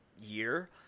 year